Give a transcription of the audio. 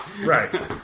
Right